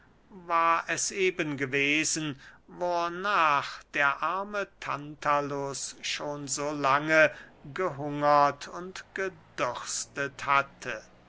war es eben gewesen wornach der arme tantalus schon so lange gehungert und gedürstet hatte